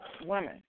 women